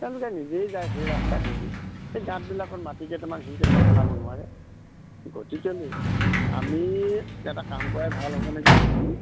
তেওঁলোকে নিজেই যায় সেই ৰাস্তাটো উতি সেই গাঁতবিলাকত মাটি কেইটামান শিল কেইটামান পেলাব নোৱাৰে গতিকেলৈ আমি এটা কাম কৰাই ভাল হ'ব নেকি